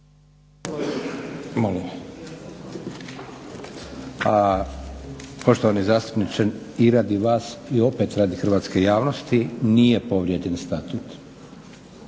(SDP)** Poštovani zastupniče i radi vas i opet radi hrvatske javnosti, nije povrijeđen